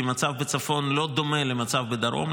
כי המצב בצפון לא דומה למצב בדרום.